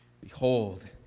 Behold